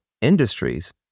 industries